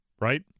right